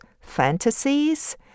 fantasies